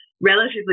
relatively